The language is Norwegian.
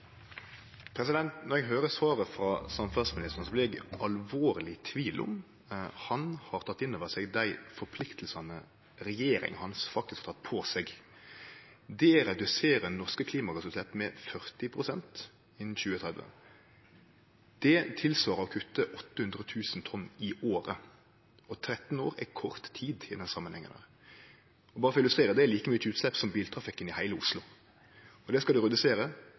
eg alvorleg i tvil om han har teke inn over seg dei forpliktingane regjeringa hans faktisk har teke på seg, å redusere norske klimagassutslepp med 40 pst. innan 2030. Det svarar til å kutte 800 000 tonn i året, og 13 år er kort tid i den samanhengen her. Berre for å illustrere: Det er like mykje utslepp som biltrafikken i heile Oslo, og det skal ein redusere